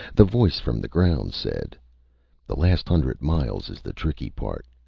the voice from the ground said the last hundred miles is the tricky part,